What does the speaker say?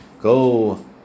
Go